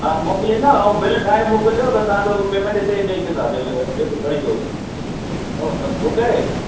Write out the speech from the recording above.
हा मोकिलींदा ऐं बिल ठाहे मोकिलियो त तव्हांजो पेमैंट हिते ॾेई छॾिंदासीं हिन खे जेके खणी ईंदो ओके